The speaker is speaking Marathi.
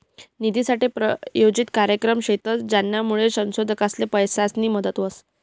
निधीनासाठे प्रायोजित कार्यक्रम शेतस, ज्यानामुये संशोधकसले पैसासनी मदत व्हस